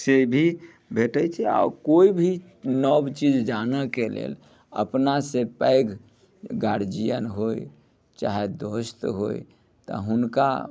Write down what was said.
से भी भेटै छै आओर कोइ भी नब चीज जानऽके लेल अपना सँ पैघ गार्जियन होइ चाहे दोस्त होइतऽ हुनका